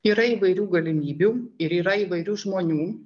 yra įvairių galimybių ir yra įvairių žmonių